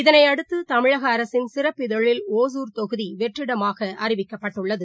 இதனையடுத்துதமிழகஅரசினசிறப்பிதழில் Hosur தொகுதிவெற்றிடமாகஅறிவிக்கப்பட்டுள்ளது